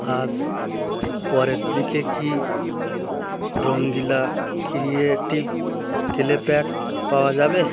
আজ পরের দিকে কি রঙ্গিলা ক্রিয়েটিভ ক্লে প্যাক পাওয়া যাবে